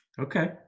Okay